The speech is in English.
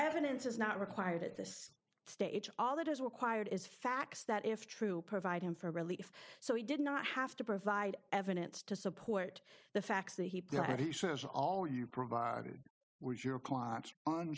evidence is not required at this stage all that is required is facts that if true provide him for relief so he did not have to provide evidence to support the facts that he says all you provided were your clients on